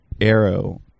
arrow